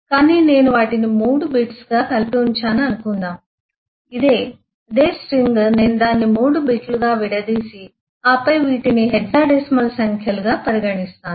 కాని నేను వాటిని మూడు బిట్స్గా కలిపి ఉంచాను అనుకుందాం ఇదే అదే స్ట్రింగ్ నేను దానిని మూడు బిట్లుగా విడదీసి ఆపై వీటిని హెక్సాడెసిమల్ సంఖ్యలుగా పరిగణిస్తాను